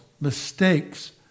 mistakes